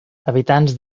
habitants